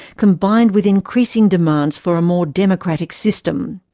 combined with increasing demands for a more democratic system.